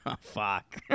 fuck